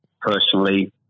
personally